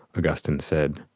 augustine said.